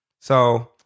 So-